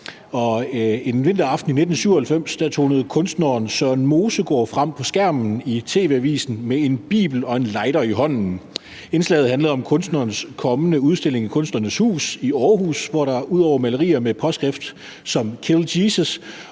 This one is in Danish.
En vinteraften i 1997 tonede kunstneren Søren Mosegaard frem på skærmen i TV Avisen med en bibel og en lighter i hånden. Indslaget handlede om kunstnerens kommende udstilling i Kunstnernes Hus i Aarhus, hvor der ud over malerier med påskrifter som »Kill Jesus«